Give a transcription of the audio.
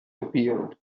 appeared